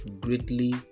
greatly